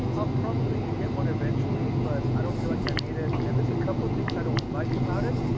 i'll probably get one eventually, but i don't feel like i need it. and there's a couple of things i don't like about it,